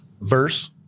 Verse